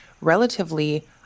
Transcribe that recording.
relatively